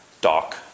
doc